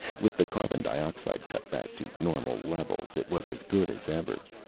with the carbon dioxide cut back to normal levels, it was as good as ever.